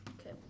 Okay